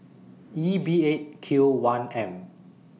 E B eight Q one M